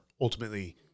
Ultimately